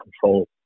control